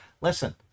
listen